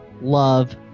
love